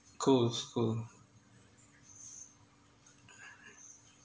cool cool